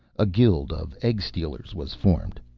a guild of egg stealers was formed.